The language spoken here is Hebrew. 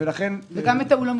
וגם את האולמות.